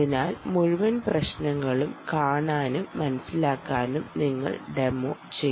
അതിനാൽ മുഴുവൻ പ്രശ്നങ്ങളും കാണാനും മനസിലാക്കാനും നിങ്ങൾ ഡെമോ ചെയ്യണം